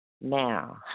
Now